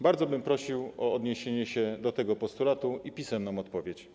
Bardzo bym prosił o odniesienie się do tego postulatu i pisemną odpowiedź.